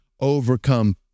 overcome